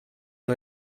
uno